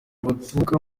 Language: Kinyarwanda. baturuka